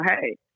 hey